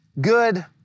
good